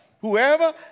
Whoever